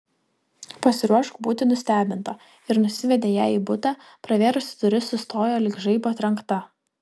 pasiruošk būti nustebinta ir nusivedė ją į butą pravėrusi duris sustojo lyg žaibo trenkta